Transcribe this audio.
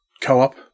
co-op